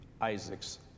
Isaac's